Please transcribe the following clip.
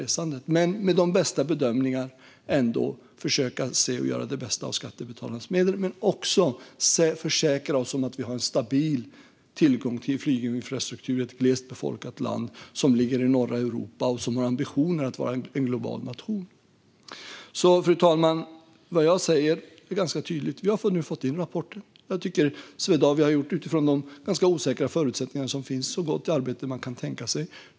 Vi måste med våra bästa bedömningar försöka att göra det bästa av skattebetalarnas medel men också försäkra oss om att vi har en stabil tillgång till flyginfrastruktur i ett glest befolkat land som ligger i norra Europa och som har ambitioner att vara en global nation. Fru talman! Vad jag säger är ganska tydligt. Vi har nu fått in rapporten. Jag tycker att Swedavia, utifrån de ganska osäkra förutsättningar som finns, har gjort ett så gott arbete som man kan tänka sig.